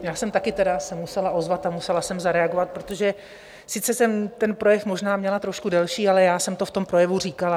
Já jsem se taky tedy musela ozvat a musela jsem zareagovat, protože sice jsem ten projev možná měla trošku delší, ale já jsem to v tom projevu říkala.